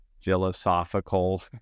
philosophical